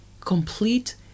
complete